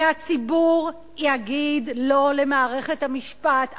והציבור יגיד "לא" למערכת המשפט.